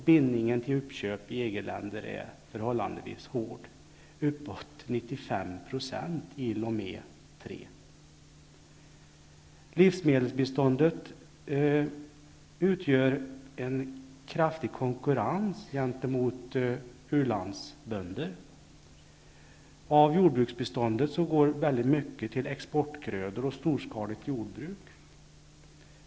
Bindningen till uppköp i EG-länder är förhållandevis hård, uppåt 95 % i Lomé III. Livsmedelsbiståndet konkurrerar ut ulandsbönder. Av jordbruksbiståndet går väldigt mycket till exportgrödor och storskaligt jordbruk.